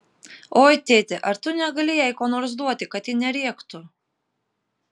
oi tėte ar tu negali jai ko nors duoti kad ji nerėktų